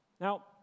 Now